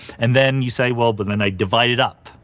and then, you say, well, but then i divide it up.